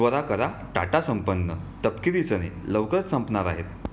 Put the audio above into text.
त्वरा करा टाटा संपन्न तपकिरी चणे लवकरच संपणार आहेत